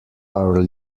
our